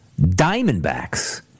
Diamondbacks